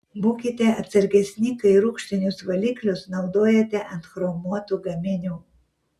būkite atsargesni kai rūgštinius valiklius naudojate ant chromuotų gaminių